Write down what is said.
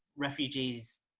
refugees